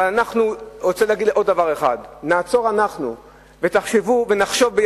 אני רוצה להגיד עוד דבר אחד: נעצור אנחנו ונחשוב ביחד,